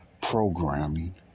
programming